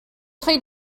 play